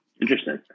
interesting